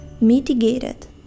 mitigated